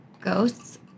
ghosts